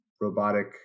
robotic